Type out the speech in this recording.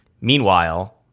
Meanwhile